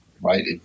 right